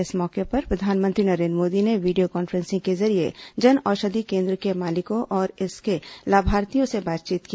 इस मौके पर प्रधानमंत्री नरेन्द्र मोदी ने वीडियो कांफ्रेंसिंग के जरिए जनऔषधि केन्द्र के मालिकों और इसके लाभार्थियों से बातचीत की